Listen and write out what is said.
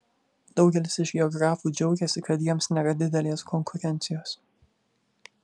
daugelis iš geografų džiaugiasi kad jiems nėra didelės konkurencijos